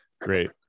great